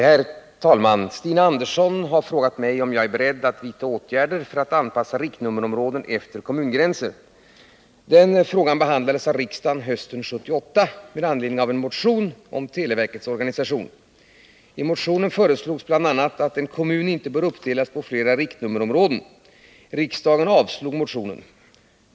Herr talman! Stina Andersson har frågat mig om jag är beredd att vidta åtgärder för att anpassa riktnummerområden efter kommungränser. Denna fråga behandlades av riksdagen under hösten 1978 med anledning av en motion om televerkets organisation. I motionen föreslogs bl.a. att en kommun inte bör uppdelas på flera riktnummerområden. Riksdagen avslog motionen.